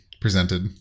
presented